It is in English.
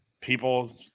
people